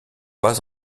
pas